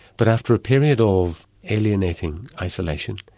but after a period of alienating isolation,